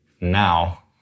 now